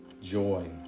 joy